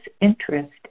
interest